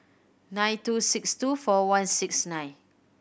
nine two six two four one six nine